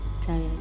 tired